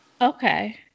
Okay